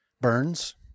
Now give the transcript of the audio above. burns